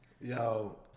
Yo